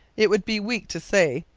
it would be weak to say,